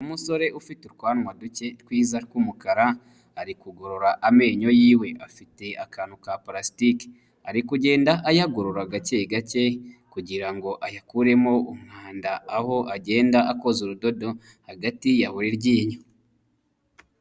Umusore ufite utwanwa duke twiza tw'umukara, ari kugorora amenyo yiwe. Afite akantu ka parasitike. Ari kugenda ayagorora gake gake kugira ngo ayakuremo umwanda, aho agenda akoza urudodo hagati ya buri ryinyo.